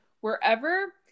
wherever